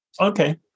Okay